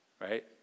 right